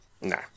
No